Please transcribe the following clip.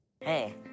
Hey